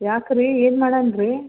ಯಾಕ್ರಿ ಏನು ಮಾಡೋಣ ರೀ